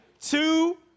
two